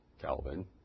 Calvin